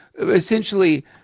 essentially